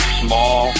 small